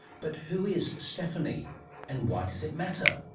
but who is stephanie and why does it matter?